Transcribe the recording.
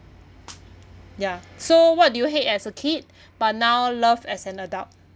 ya so what do you hate as a kid but now love as an adult